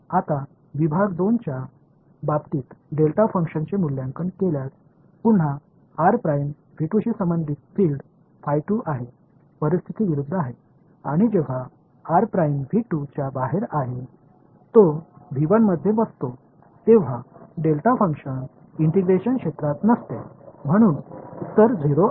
आता विभाग 2 च्या बाबतीत डेल्टा फंक्शनचे मूल्यांकन केल्यास पुन्हा r प्राइम शी संबंधित फील्ड आहे परिस्थिती विरुद्ध आहे आणि जेव्हा च्या बाहेर आहे तो मध्ये बसतो तेव्हा डेल्टा फंक्शन इंटिग्रेशन क्षेत्रात नसते म्हणून उत्तर 0 आहे